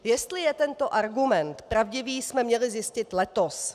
Jestli je tento argument pravdivý, jsme měli zjistit letos.